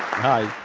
hi.